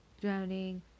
drowning